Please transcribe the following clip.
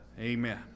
amen